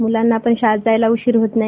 म्लांनापण शाळेत जायला उशीर होत नाही